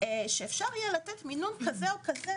שאפשר יהיה לתת מינון כזה או כזה,